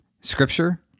scripture